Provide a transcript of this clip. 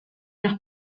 nos